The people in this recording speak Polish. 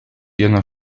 jeno